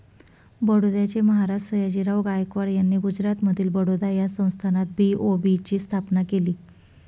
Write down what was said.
बडोद्याचे महाराज सयाजीराव गायकवाड यांनी गुजरातमधील बडोदा या संस्थानात बी.ओ.बी ची स्थापना केली